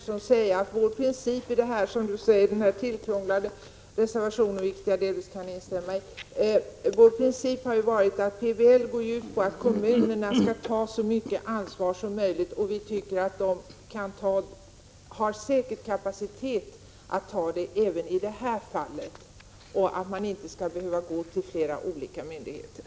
Herr talman! Yngve Wernersson säger att reservationen är tillkrånglad, och det kan jag delvis instämma i. PBL går ju ut på att kommunerna skall ta ett så stort ansvar som möjligt. Till Yngve Wernersson vill jag säga att de säkert har kapacitet att göra det även i det här fallet och att man inte skall behöva gå till flera olika myndigheter.